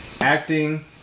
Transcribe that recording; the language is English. acting